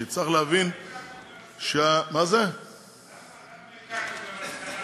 למה הגעתם למסקנה,